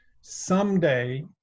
someday